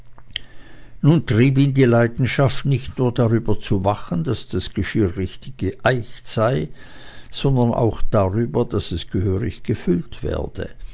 nun trieb ihn die leidenschaft nicht nur darüber zu wachen daß das geschirr richtig geeicht sei sondern auch darüber daß es gehörig gefüllt werde